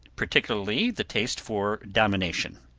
particularly the taste for domination.